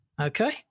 Okay